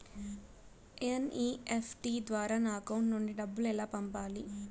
NEFT ద్వారా నా account నుండి డబ్బులు ఎలా పంపాలి